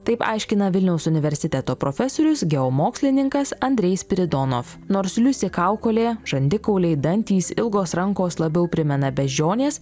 taip aiškina vilniaus universiteto profesorius geomokslininkas andrej spiridonov nors liusi kaukolė žandikauliai dantys ilgos rankos labiau primena beždžionės